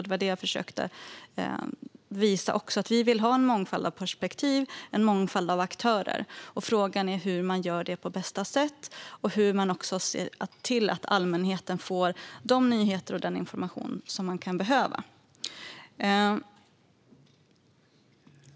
Det jag försökte visa är att vi vill ha en mångfald av perspektiv och en mångfald av aktörer. Frågan är hur man gör detta på bästa sätt och hur man ser till att allmänheten får de nyheter och den information som de kan behöva.